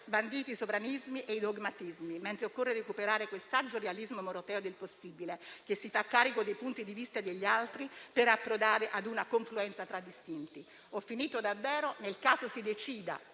banditi sovranismi e dogmatismi, mentre occorre recuperare quel saggio realismo moroteo del possibile, che si fa carico dei punti di vista degli altri per approdare a una confluenza tra distinti. Nel caso si decida,